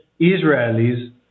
Israelis